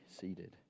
seated